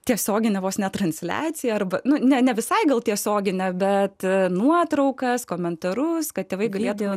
tiesioginė vos ne transliacija arba nu ne ne visai gal tiesioginę bet nuotraukas komentarus kad tėvai galėdavo